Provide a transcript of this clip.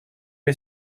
est